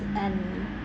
and